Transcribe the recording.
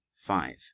five